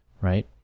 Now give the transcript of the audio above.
right